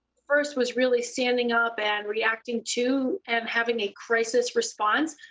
first. was really standing up and reacting to and having a crisis response.